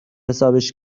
حسابش